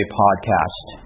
podcast